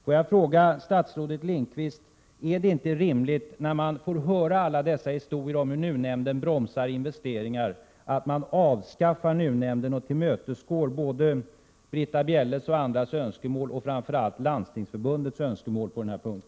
Får jag fråga statsrådet Lindqvist: Är det inte rimligt att man mot bakgrund av alla dessa historier om hur NUU-nämnden bromsar investeringar avskaffar NUU-nämnden och därmed tillmötesgår Britta Bjelles och andras, däribland framför allt Landstingsförbundets, önskemål på denna punkt?